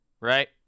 right